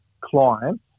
clients